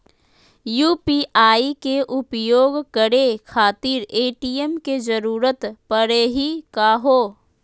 UPI के उपयोग करे खातीर ए.टी.एम के जरुरत परेही का हो?